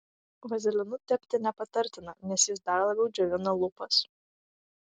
vazelinu tepti nepatartina nes jis dar labiau džiovina lūpas